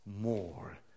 more